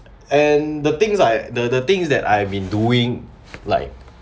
and the things I the the things that I've been doing like